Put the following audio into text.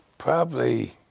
probably